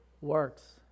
works